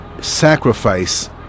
sacrifice